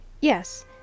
Yes